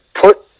put